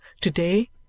to-day